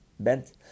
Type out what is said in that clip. Bent